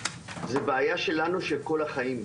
זאת בעיה שלנו של כל החיים.